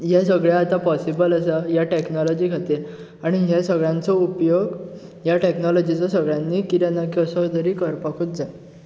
हें सगळें आतां पॉसिबल आसा ह्या टॅक्नॉलॉजी खातीर आनी हे सगळ्यांचो उपयोग ह्या टॅक्नॉलॉजीचो सगळ्यांनी कितें ना कसो तरी करपाकूच जाय